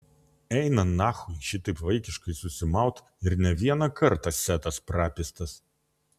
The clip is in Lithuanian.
eina nachui šitaip vaikiškai susimaut ir ne vieną kartą setas prapistas